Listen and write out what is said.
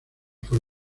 fue